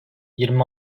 yirmi